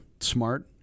smart